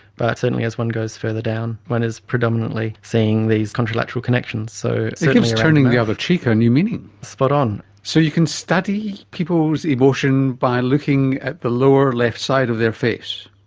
but certainly as one goes further down one is predominantly seeing these contralateral connections. so it gives turning the other cheek a ah new meaning. spot on. so you can study people's emotion by looking at the lower left side of their face?